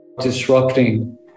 disrupting